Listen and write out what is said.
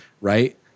right